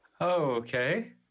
Okay